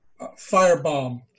Firebomb